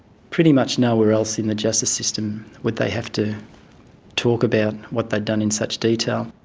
pretty much nowhere else in the justice system would they have to talk about what they'd done in such detail.